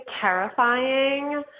terrifying